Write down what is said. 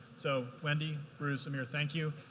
so wendy, bruce, amir thank you.